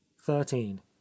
thirteen